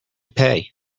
pay